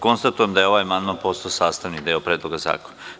Konstatujem da je ovaj amandman postao sastavni deo Predloga zakona.